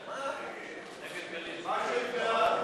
מפעלי מים, לשנת התקציב 2016,